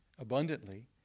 abundantly